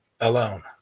alone